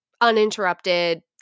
uninterrupted